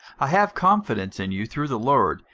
i have confidence in you through the lord,